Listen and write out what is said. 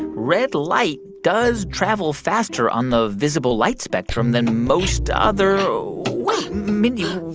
red light does travel faster on the visible light spectrum than most other wait, mindy,